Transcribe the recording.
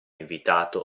invitato